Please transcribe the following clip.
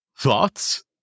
thoughts